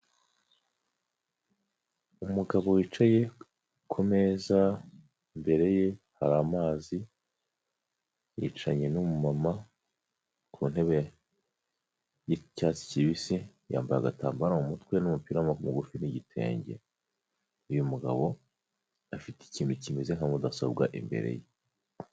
Umugabo wicaye ku meza, imbere ye hari amazi wicaranye n'umu mama ku ntebe y'icyatsi kibisi, yambaye agatambaro mu mutwe n'umupira w'amaboko magufi n'igitenge, uyu mugabo afite ikintu kimeze nka mudasobwa imbere ye.